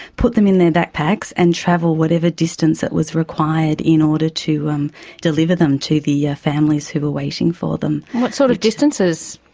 put them in their backpacks and travel whatever distance that was required in order to um deliver them to the yeah families who were waiting for them. what sort of distances?